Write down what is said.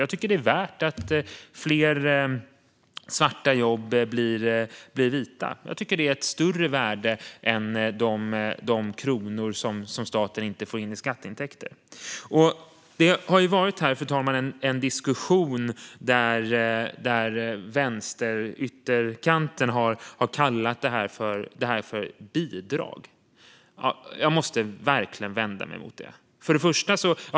Jag tycker att det är värt det när fler svarta jobb blir vita. Jag tycker att det är ett större värde än de kronor som staten inte får in i skatteintäkter. Det har förts en diskussion här, fru talman, där vänsterytterkanten har kallat detta för bidrag. Jag måste verkligen vända mig mot det.